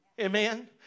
amen